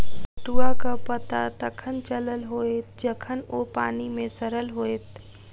पटुआक पता तखन चलल होयत जखन ओ पानि मे सड़ल होयत